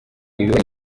biba